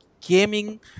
gaming